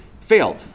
fail